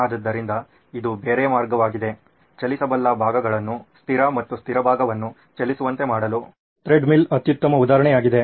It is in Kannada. ಆದ್ದರಿಂದ ಇದು ಬೇರೆ ಮಾರ್ಗವಾಗಿದೆ ಚಲಿಸಬಲ್ಲ ಭಾಗಗಳನ್ನು ಸ್ಥಿರ ಮತ್ತು ಸ್ಥಿರ ಭಾಗವನ್ನು ಚಲಿಸುವಂತೆ ಮಾಡಲು ತ್ರೆಡ್ಮಿಲ್ ಅತ್ಯುತ್ತಮ ಉದಾಹರಣೆಯಾಗಿದೆ